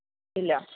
ഇല്ല